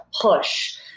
push